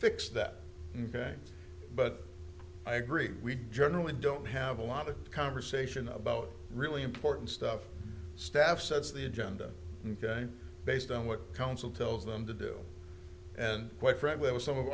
fixed that ok but i agree we generally don't have a lot of conversation about really important stuff staff sets the agenda based on what council tells them to do and quite frankly it was some of